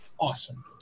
Awesome